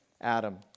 Adam